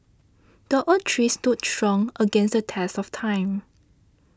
the oak tree stood strong against the test of time